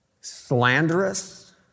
slanderous